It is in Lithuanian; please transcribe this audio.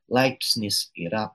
laipsnis yra